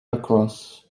across